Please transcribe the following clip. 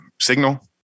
signal